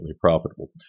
profitable